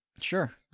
Sure